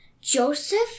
Joseph